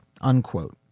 unquote